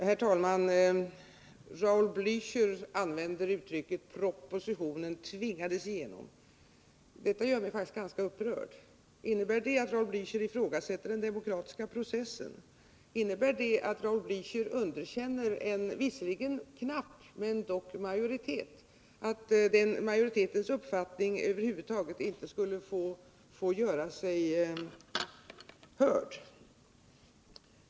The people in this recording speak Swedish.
Herr talman! Raul Bliächer använder uttrycket ”propositionen tvingades igenom”. Detta gör mig faktiskt ganska upprörd. Innebär det att Raul Blächer ifrågasätter den demokratiska processen? Innebär det att Raul Blächer underkänner en visserligen knapp men dock majoritet och anser att den majoriteten över huvud taget inte skulle få göra sig hörd?